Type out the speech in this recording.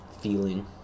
feeling